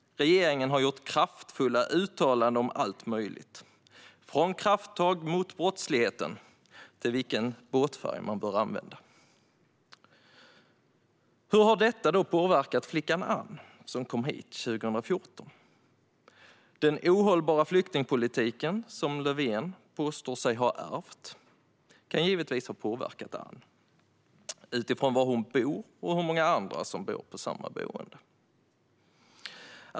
Regeringen har gjort kraftfulla uttalanden om allt möjligt, från krafttag mot brottsligheten till vilken båtfärg man bör använda. Hur har då detta påverkat flickan Ann, som kom hit 2014? Den ohållbara flyktingpolitik som Löfven påstår sig ha ärvt kan givetvis ha påverkat Ann utifrån var hon bor och hur många andra som bor på samma boende.